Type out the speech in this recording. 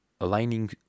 aligning